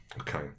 Okay